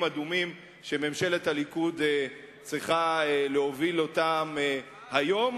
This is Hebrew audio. אדומים שממשלת הליכוד צריכה להוביל אותם היום,